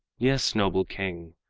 yes, noble king,